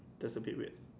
that's a bit weird